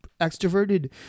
extroverted